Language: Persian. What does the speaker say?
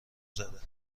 زده